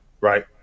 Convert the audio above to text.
right